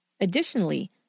Additionally